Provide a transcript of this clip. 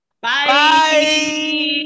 Bye